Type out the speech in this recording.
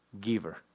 giver